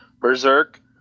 Berserk